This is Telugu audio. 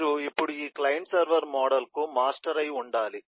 మీరు ఇప్పుడు ఈ క్లయింట్ సర్వర్ మోడల్ కు మాస్టర్ అయి ఉండాలి